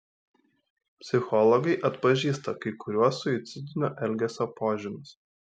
psichologai atpažįsta kai kuriuos suicidinio elgesio požymius